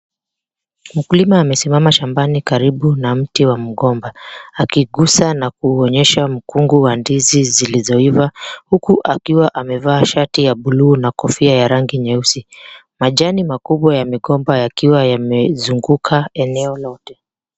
Mkulima amesimama shambani karibu na mti wa mgomba, akigusa na kuonyesha mkungu wa ndizi zilizoiva huku akiwa amevaa shati ya buluu na kofia ya rangi nyeusi. Majani makubwa yamekopa yakiwa yamezunguka eneo lote.